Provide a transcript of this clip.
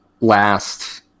last